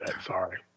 sorry